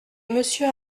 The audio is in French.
monsieur